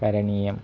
करणीयम्